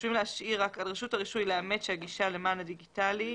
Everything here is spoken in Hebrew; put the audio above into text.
חושבים להשאיר: על רשות הרישוי לאמת שהגישה למען הדיגיטלי.